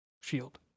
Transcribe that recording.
shield